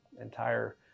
entire